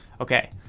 Okay